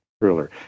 ruler